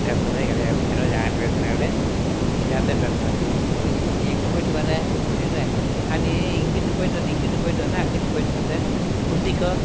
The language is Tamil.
பேசறதே கிடையாது யார் யார் பேசினாலும் கொஞ்சம் இதாகத்தான் பேசறாங்க நீ எங்கே போய்ட்டு வரே அப்படின்னு கேட்டால் நான் இங்கிட்டு போயிட்டு வந்தேன் இங்கிட்டு போயிட்டு வந்தேன் அங்கிட்டு போயிட்டு வந்தேன் குந்திக்கோ